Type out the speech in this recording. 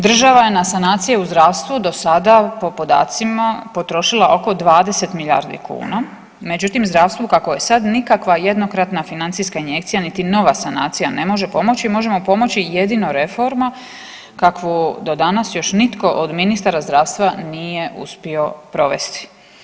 Država je na sanacije u zdravstvu do sada po podacima potrošila oko 20 milijardi kuna, međutim, zdravstvo kakvo je sad nikakva jednokratna financijska injekcija niti nova sanacija ne može pomoći, može mu pomoći jedino reforma kakvu do danas još nitko od ministara zdravstva nije uspio provesti.